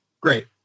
Great